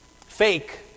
Fake